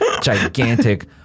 gigantic